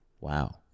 Wow